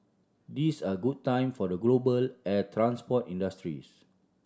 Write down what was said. these are good times for the global air transport industries